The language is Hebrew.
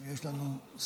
ויש לנו שר,